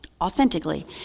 authentically